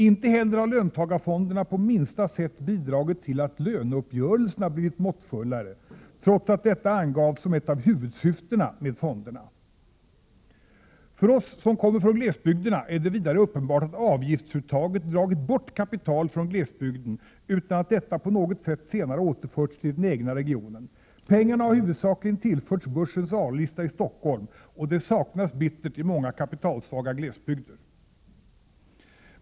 Inte heller har löntagarfonderna på minsta sätt bidragit till att löneuppgörelserna blivit måttfullare, trots att detta angavs som ett av huvudsyftena med fonderna. För oss, som kommer från glesbygderna, är det vidare uppenbart att avgiftsuttaget dragit bort kapital från glesbygden utan att detta på något sätt senare återförts till den egna regionen. Pengarna har huvudsakligen tillförts börsens A-lista i Stockholm — och saknas bittert i många kapitalsvaga glesbygder.